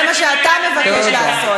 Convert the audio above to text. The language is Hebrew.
זה מה שאתה מבקש לעשות.